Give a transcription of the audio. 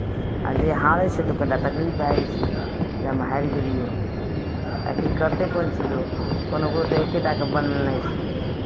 आ जे हारै छै तऽ कनि टा तकलीफ भए जाइ छै जे हम हारि गेलियै आखिर करतै कोन चीज लोक् कोनो तऽ एक्के टाकेँ बनेनाइ छै